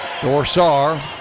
Dorsar